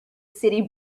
city